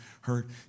hurt